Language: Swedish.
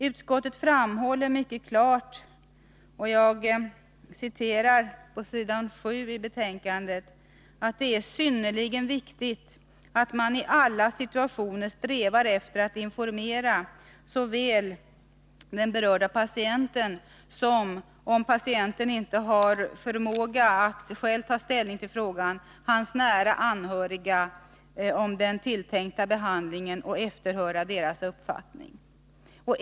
Utskottet framhåller mycket klart — jag citerar från s. 7-8 i betänkandet — att ”det är synnerligen viktigt att man i alla situationer strävar efter att informera såväl den berörda patienten som — om patienten inte har förmåga att själv ta ställning till frågan — hans nära anhöriga om den tilltänkta behandlingen och efterhöra deras uppfattning.